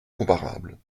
comparables